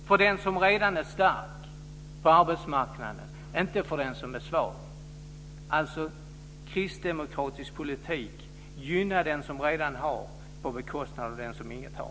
För den som redan är stark på arbetsmarknaden, inte för den som är svag! Kristdemokratisk politik gynnar alltså den som redan har på bekostnad av den som inget har.